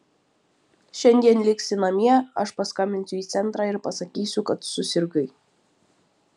šiandien liksi namie aš paskambinsiu į centrą ir pasakysiu kad susirgai